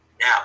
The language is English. now